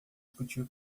discutir